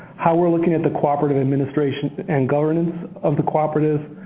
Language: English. how we're looking at the cooperative administration and governance of the cooperative,